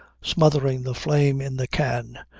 smothering the flame in the can,